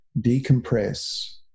decompress